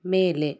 ಮೇಲೆ